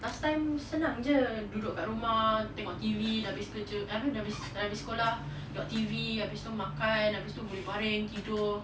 last time senang jer duduk dekat rumah tengok T_V dah habis kerja dah habis sekolah tengok T_V habis tu makan habis tu boleh baring tidur